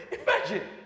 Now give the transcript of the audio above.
Imagine